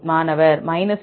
மாணவர் 2